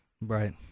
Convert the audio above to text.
Right